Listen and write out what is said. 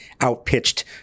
outpitched